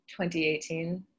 2018